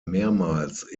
mehrmals